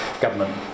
government